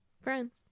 friends